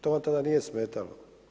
To vam tada nije smetalo.